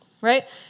right